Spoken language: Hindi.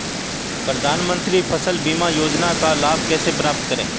प्रधानमंत्री फसल बीमा योजना का लाभ कैसे प्राप्त करें?